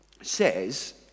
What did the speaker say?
says